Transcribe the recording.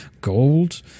Gold